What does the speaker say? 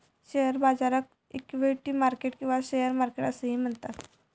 share बाजाराक equity market किंवा share market असोही म्हणतत